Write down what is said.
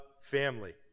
family